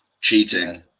Cheating